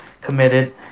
committed